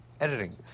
editing